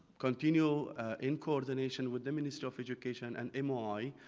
continual in coordination with the minister of education and moi